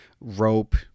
rope